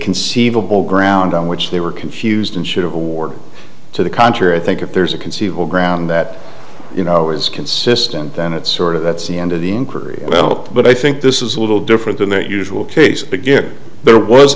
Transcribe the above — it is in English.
conceivable ground on which they were confused and should award to the contrary i think if there's a conceivable ground that you know is consistent then it sort of that's the end of the inquiry well but i think this is a little different than the usual case again there was